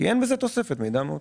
כי אין בזה תוספת מידע מהותי.